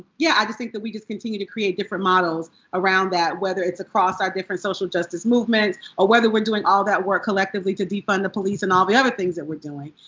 yeah, i just think that we just continue to create different models around that, whether it's across our different social justice movements, or whether we're doing all that work collectively to defund the police and all the other things that we're doing,